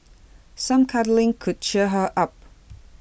some cuddling could cheer her up